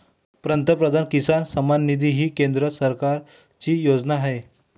प्रधानमंत्री किसान सन्मान निधी ही केंद्र सरकारची योजना आहे